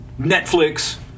Netflix